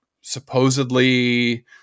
supposedly